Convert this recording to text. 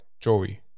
Joey